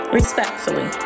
respectfully